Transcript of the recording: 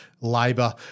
labour